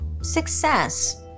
success